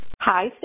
hi